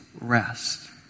rest